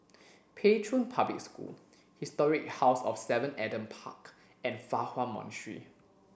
Pei Chun Public School Historic House of Seven Adam Park and Fa Hua Monastery